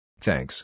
Thanks